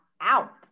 out